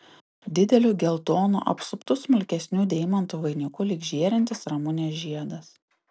dideliu geltonu apsuptu smulkesnių deimantų vainiku lyg žėrintis ramunės žiedas